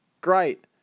Great